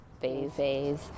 phase